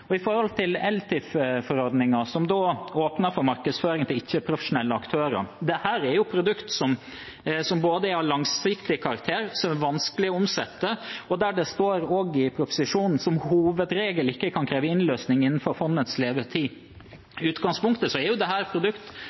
eksempelvis i forhold til de nye oppgavene fra Finanstilsynet. Så til ELTIF-forordningen, som åpner for markedsføring til ikke-profesjonelle aktører. Her er det snakk om produkter som både er av langsiktig karakter og vanskelige å omsette. Det står også i proposisjonen at investorene «som hovedregel ikke kan kreve innløsning innenfor fondets levetid.» I utgangspunktet er dette et produkt